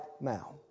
now